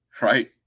right